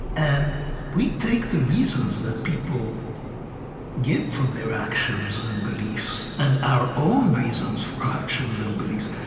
and we take the reasons that people give for their actions and beliefs, and our own reasons for our actions and beliefs,